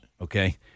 okay